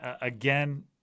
Again